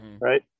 right